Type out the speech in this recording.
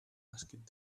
asked